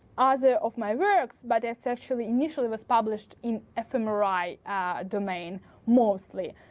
other of my works, but it's actually initially was published in fmri domain mostly.